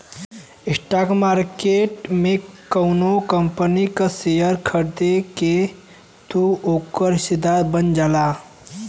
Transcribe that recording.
stock market में कउनो company क शेयर खरीद के तू ओकर हिस्सेदार बन जाला